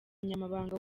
umunyamabanga